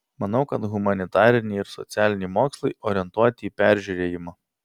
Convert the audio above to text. manau kad humanitariniai ir socialiniai mokslai orientuoti į peržiūrėjimą